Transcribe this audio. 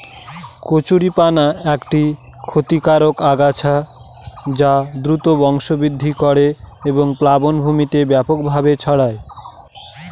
কচুরিপানা একটি ক্ষতিকারক আগাছা যা দ্রুত বংশবৃদ্ধি করে এবং প্লাবনভূমিতে ব্যাপকভাবে ছড়ায়